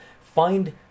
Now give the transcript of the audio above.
find